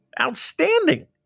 outstanding